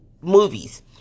movies